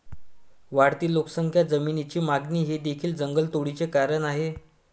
वाढती लोकसंख्या, जमिनीची मागणी हे देखील जंगलतोडीचे कारण आहे